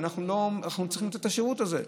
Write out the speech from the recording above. ואנחנו צריכים לתת את השירות הזה,